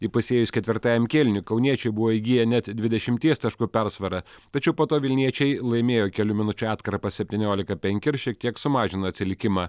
įpusėjus ketvirtajam kėliniui kauniečiai buvo įgiję net dvidešimties taškų persvarą tačiau po to vilniečiai laimėjo kelių minučių atkarpą septyniolika penki ir šiek tiek sumažino atsilikimą